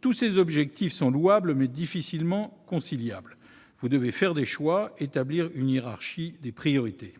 Tous ces objectifs sont louables, mais difficilement conciliables. Vous devez faire des choix, établir une hiérarchie des priorités.